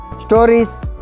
stories